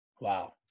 Wow